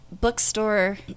bookstore